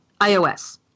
iOS